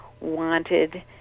wanted